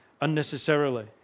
unnecessarily